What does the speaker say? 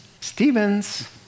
Stephens